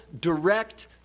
direct